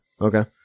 Okay